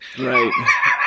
Right